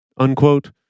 Unquote